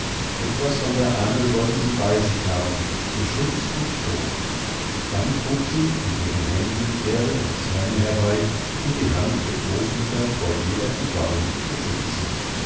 etwas von der ahnl wollte sie bei sich haben zum schutz und trost dann trug sie in ihren händen erde und steine herbei um die hand der großmutter vor jeder entweihung zu schützen